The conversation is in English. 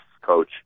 coach